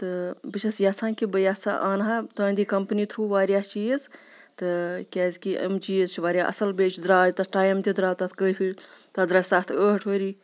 تہٕ بہٕ چھس یَژھان کہِ بہٕ یَژھٕ ہَہ ان ہَہ تہنٛدی کَمپٔنی تھرٛوٗ واریاہ چیٖز تہٕ کیازِکہِ یِم چیٖز چھِ واریاہ اَصٕل بیٚیہِ چھِ درٛاے تَتھ ٹایم تہِ درٛاو تَتھ کٲفی تَتھ درٛاے سَتھ ٲٹھ ؤری